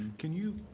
can you,